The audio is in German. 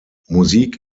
musik